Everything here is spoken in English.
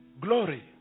glory